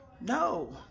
No